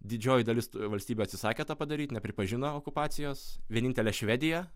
didžioji dalis tų valstybių atsisakė tą padaryt nepripažino okupacijos vienintelė švedija